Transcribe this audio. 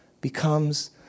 becomes